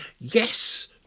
Yes